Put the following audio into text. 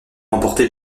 remportée